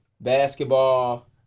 basketball